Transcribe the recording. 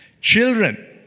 Children